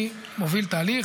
אני מוביל תהליך.